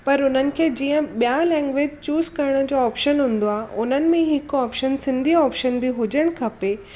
पर उन्हनि खे जीअं ॿिया लैंग्वेज चूस करण जो ऑपशन हूंदो आहे उन्हनि में हिकु ऑपशन सिंधी ऑपशन बि हुजणु खपे